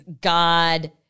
God